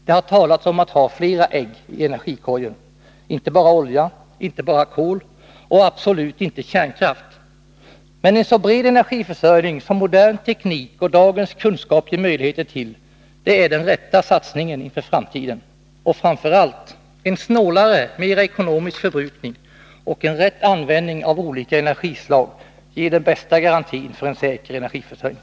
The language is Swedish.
Det har talats om att ha flera ägg i energikorgen — inte bara olja, inte bara kol och absolut inte kärnkraft. En så bred energiförsörjning som modern teknik och dagens kunskap ger möjligheter till är den rätta satsningen inför framtiden. Och framför allt: en snålare, mer ekonomisk förbrukning och rätt användning av olika energislag ger den bästa garantin för en säker energiförsörjning.